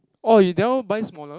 orh you never buy smaller